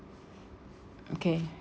okay